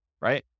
right